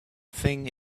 thing